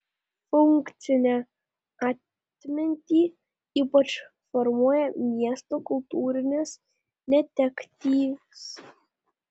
funkcinę atmintį ypač formuoja miesto kultūrinės netektys